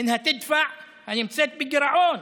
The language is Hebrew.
שנמצאת בגירעון,